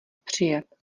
přijet